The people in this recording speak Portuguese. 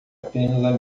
apenas